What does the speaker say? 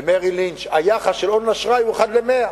ב"מריל לינץ'", היחס של הון לאשראי הוא 1 ל-100.